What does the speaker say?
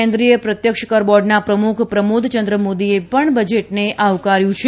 કેન્દ્રિય પ્રત્યક્ષ કર બોર્ડના પ્રમુખ પ્રમોદયંદ્ર મોદીએ પણ બજેટને આવકાર્યુ છે